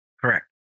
correct